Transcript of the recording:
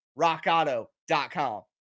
rockauto.com